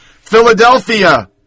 Philadelphia